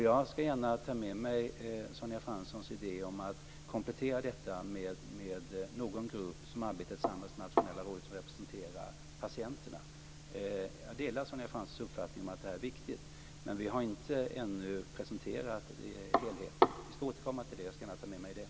Jag skall gärna ta med mig Sonja Franssons idé om att komplettera detta med någon grupp som arbetar tillsammans med det nationella rådet och som representerar patienterna. Jag delar Sonja Franssons uppfattning att det är viktigt, men vi har ännu inte presenterat helheten. Vi skall återkomma till det. Jag skall gärna ta med mig det.